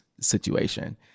situation